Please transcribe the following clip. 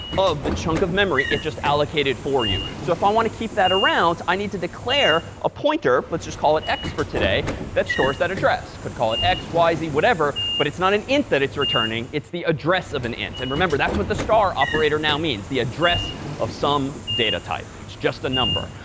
of the chunk of memory it just allocated for you. so if i want to keep that around, i need to declare a pointer. let's just call it x for today that stores that address. could call it x, y, z, whatever, but it's not an int that it's returning. it's the address of an int. and remember, that's what the star operator now means. the address of some data type. it's just a number.